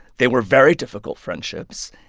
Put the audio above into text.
they were very difficult friendships,